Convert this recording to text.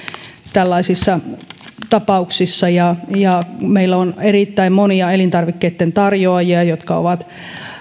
tällaisissa tapauksissa ja ja kun meillä on erittäin monia elintarvikkeitten tarjoajia jotka ovat